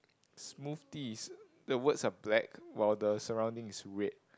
smoothies the words are black while the surrounding is red